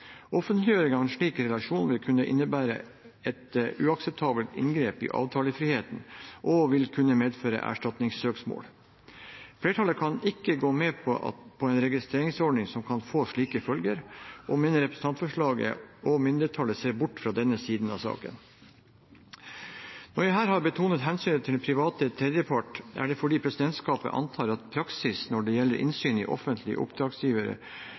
av en slik relasjon vil kunne innebære et uakseptabelt inngrep i avtalefriheten og vil kunne medføre erstatningssøksmål. Flertallet kan ikke gå med på en registreringsordning som kan få slike følger, og mener representantforslaget og mindretallet ser bort fra denne siden av saken. Når jeg her har betonet hensynet til den private tredjepart, er det fordi presidentskapet antar at praksis når det gjelder innsyn i offentlige oppdragsgivere,